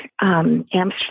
Amsterdam